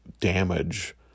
damage